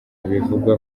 bivugwa